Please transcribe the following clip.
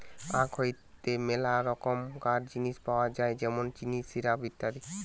আখ হইতে মেলা রকমকার জিনিস পাওয় যায় যেমন চিনি, সিরাপ, ইত্যাদি